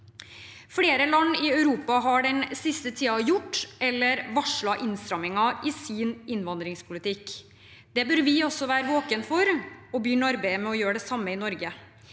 Flere land i Europa har den siste tiden gjort eller varslet innstramninger i sin innvandringspolitikk. Det bør vi også være våkne for og begynne arbeidet med å gjøre det samme i Norge.